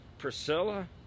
Priscilla